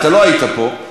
אתה לא היית פה.